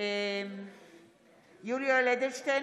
בהצבעה יולי יואל אדלשטיין,